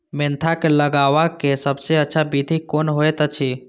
Mentha के लगवाक सबसँ अच्छा विधि कोन होयत अछि?